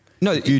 No